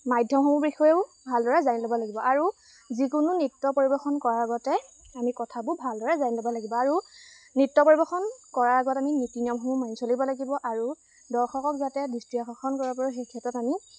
মাধ্যমসমূৰ বিষয়েও ভালদৰে জানি ল'ব লাগিব আৰু যিকোনো নৃত্য পৰিৱেশন কৰাৰ আগতে আমি কথাবোৰ ভালদৰে জানি ল'ব লাগিব আৰু নৃত্য পৰিৱেশন কৰাৰ আগত আমি নীতি নিয়মসমূহ মানি চলিব লাগিব আৰু দৰ্শকক যাতে দৃষ্টি আকৰ্ষণ কৰাৰ পাৰোঁ সেই ক্ষেত্ৰত আমি